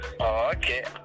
Okay